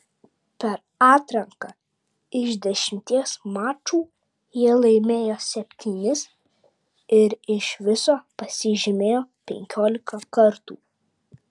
per atranką iš dešimties mačų jie laimėjo septynis ir iš viso pasižymėjo penkiolika kartų